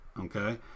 okay